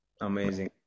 Amazing